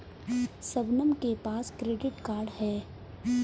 शबनम के पास credit card है